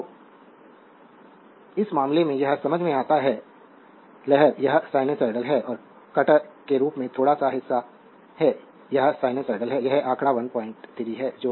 slide समय देखें 2316 तो इस मामले में यह समझ में आता है लहर यह sinusoidal है और कटर के रूप में थोड़ा सा हिस्सा है या यह sinusoidal है या यह आंकड़ा 13 है